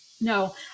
no